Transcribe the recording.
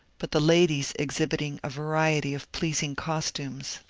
but the ladies exhibiting a variety of pleasing costumes.